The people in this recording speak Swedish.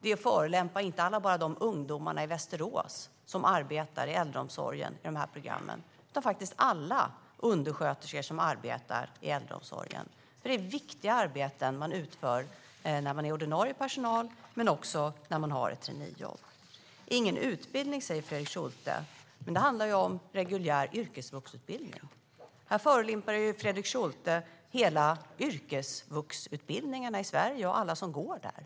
Det är att förolämpa inte bara alla de ungdomar i Västerås som arbetar inom äldreomsorgen i de här programmen utan faktiskt alla undersköterskor som arbetar inom äldreomsorgen, för det är viktiga arbeten som man utför när man är ordinarie personal men också när man har ett traineejobb. Ingen utbildning, säger Fredrik Schulte. Men det handlar om reguljär yrkesvuxutbildning. Här förolämpar Fredrik Schulte alla yrkesvuxutbildningar i Sverige och alla som går där.